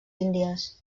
índies